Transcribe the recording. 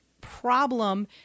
problem